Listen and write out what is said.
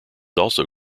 also